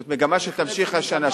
זאת מגמה שתמשיך השנה,